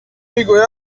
میگوید